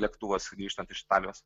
lėktuvas grįžtant iš italijos